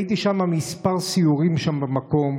הייתי בכמה סיורים שם במקום,